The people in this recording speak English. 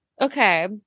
Okay